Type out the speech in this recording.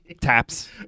taps